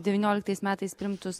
devynioliktais metais priimtus